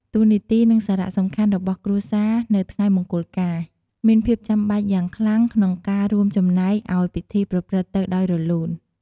តួនាទី និងសារៈសំខាន់របស់គ្រួសារនៅថ្ងៃមង្គលការ មានភាពចាំបាច់យ៉ាងខ្លាំងក្នុងការរួមចំណែកឲ្យពិធីប្រព្រឹត្តទៅដោយរលូន។